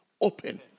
open